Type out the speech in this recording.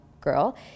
girl